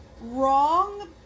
wrong